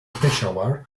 peshawar